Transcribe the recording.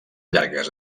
llargues